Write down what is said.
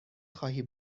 خواهی